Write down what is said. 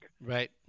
Right